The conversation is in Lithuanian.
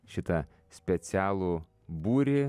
šitą specialų būrį